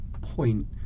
point